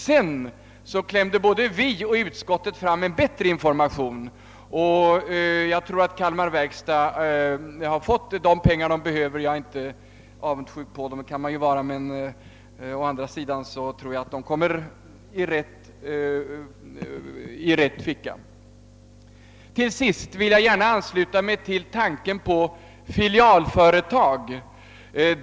Sedan klämde både vi och utskottet fram en bättre information. Jag tror att Kalmar verkstads AB har fått de pengar det behöver. Jag är inte avundsjuk för detta. Det skulle man kunna vara men jag tror att pengarna kommer i rätt ficka. Till slut vill jag gärna ansluta mig till tanken på filialföretag.